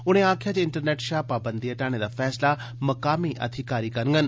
उनें आक्खेआ जे इंटरनेंट षा पाबंदी हटाने दा फैसला मकामी अधिकारी करङन